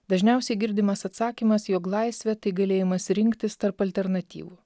dažniausiai girdimas atsakymas jog laisvė tai galėjimas rinktis tarp alternatyvų